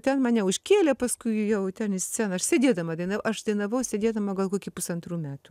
ten mane užkėlė paskui jau ten į sceną aš sėdėdama daina aš dainavau sėdėdama gal kokį pusantrų metų